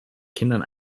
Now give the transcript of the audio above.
kindern